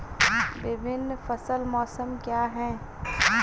विभिन्न फसल मौसम क्या हैं?